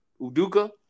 Uduka